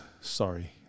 Sorry